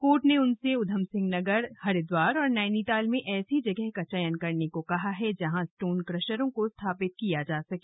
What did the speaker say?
court ने उनसे उधम सिंह नगर हरिद्वार और नैनीताल में ऐसी जगह का चयन करने को कहा है जहां स्टोन क्रशरों को स्थापित किया जा सके